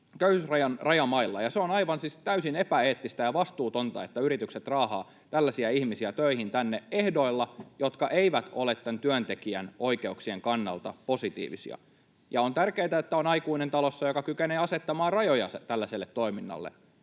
köyhyysrajan rajamailla. On siis aivan täysin epäeettistä ja vastuutonta, että yritykset raahaavat tällaisia ihmisiä tänne töihin ehdoilla, jotka eivät ole tämän työntekijän oikeuksien kannalta positiivisia. On tärkeätä, että talossa on aikuinen, joka kykenee asettamaan rajoja tällaiselle toiminnalle.